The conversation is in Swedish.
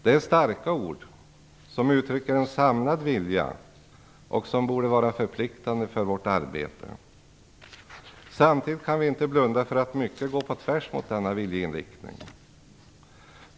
Det är starka ord som uttrycker en samlad vilja, vilka borde vara förpliktande för vårt arbete. Samtidigt kan vi inte blunda för att mycket går på tvärs mot denna viljeinriktning.